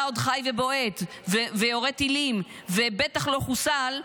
עוד חי ובועט ויורה טילים ובטח לא חוסל,